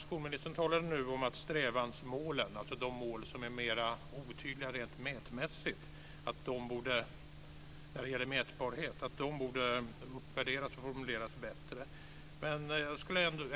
Skolministern talade nu om att strävansmålen - alltså de mål som är mera otydliga rent mätmässigt - uppvärderas och formuleras bättre när det gäller mätbarhet.